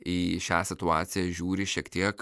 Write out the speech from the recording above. į šią situaciją žiūri šiek tiek